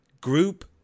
group